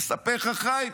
לספר לך, חיים?